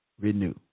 renew